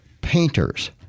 painters